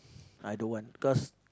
I don't want because